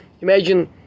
imagine